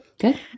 good